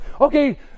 okay